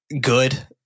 good